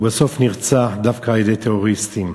ובסוף נרצח דווקא על-ידי טרוריסטים.